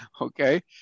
Okay